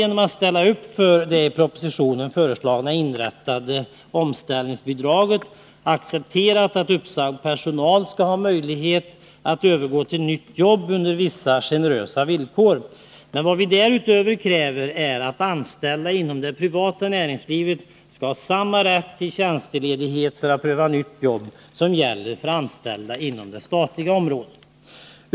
Genom att ställa upp på det i propositionen föreslagna omställningsbidraget har vi accepterat att uppsagd personal skall ha möjlighet att övergå till nytt jobb på vissa generösa villkor. Men vad vi därutöver kräver är att anställda inom det privata näringslivet skall ha samma rätt till tjänstledighet för att pröva nytt jobb som gäller för anställda inom det statliga området.